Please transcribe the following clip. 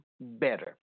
better